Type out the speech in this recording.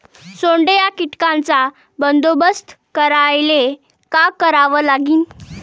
सोंडे या कीटकांचा बंदोबस्त करायले का करावं लागीन?